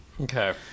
Okay